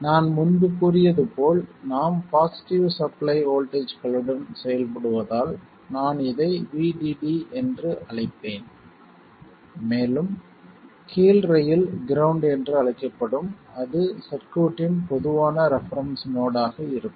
நான் முன்பு கூறியது போல் நாம் பாசிட்டிவ் சப்ளை வோல்ட்டேஜ்களுடன் செயல்படுவதால் நான் இதை VDD என்று அழைப்பேன் மேலும் கீழ் ரயில் கிரவுண்ட் என்று அழைக்கப்படும் அது சர்க்யூட்டின் பொதுவான ரெபெரென்ஸ் நோடு ஆக இருக்கும்